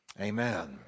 amen